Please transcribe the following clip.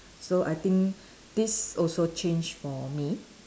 so I think this also change for me